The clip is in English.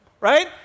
right